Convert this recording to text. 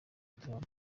trump